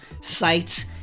sites